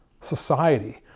society